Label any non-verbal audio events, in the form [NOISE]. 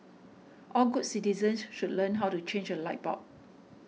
all good citizens [UNINTELLIGIBLE] should learn how to change a light bulb